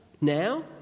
Now